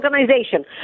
organization